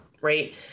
right